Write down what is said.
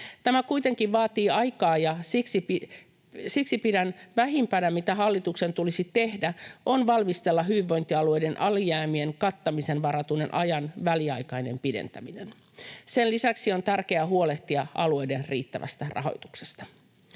Tämä kuitenkin vaatii aikaa, ja siksi pidän vähimpänä, mitä hallituksen tulisi tehdä, että se valmistelee hyvinvointialueiden alijäämien kattamiseen varatun ajan väliaikaisen pidentämisen. Sen lisäksi on tärkeää huolehtia alueiden riittävästä rahoituksesta.